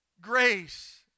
Grace